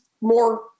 more